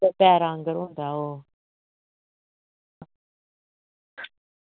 कच्चा रंग दा होंदा ओह्